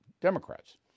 Democrats